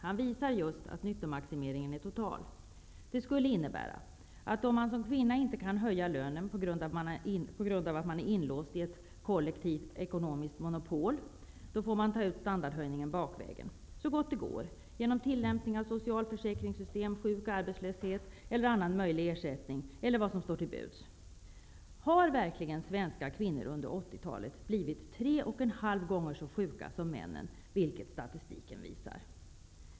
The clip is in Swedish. Han visar just att nyttomaximeringen är total. Det innebär att om en kvinna inte kan höja sin lön på grund av att hon är inlåst i ett kollektivt ekonomiskt monopol får hon ta ut standardhöjningen bakvägen, så gott det går, genom tillämpning av socialförsäkringssystem, sjukförsäkring, arbetslöshetsersättning eller annan möjlig ersättning som står till buds. Har verkligen kvinnorna i Sverige under 80-talet blivit tre och en halv gånger så sjuka som männen, vilket statistiken visar?